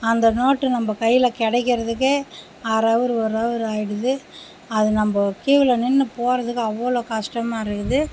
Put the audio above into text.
அந்த நோட்டு நம்ம கையில் கிடைக்கிறதுக்கு அரை ஹவர் ஒரு ஹவர் ஆகிடுது அது நம்ம க்யுவில் நின்று போகிறத்துக்கு அவ்வளோ கஷ்டமாக இருக்குது